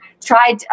tried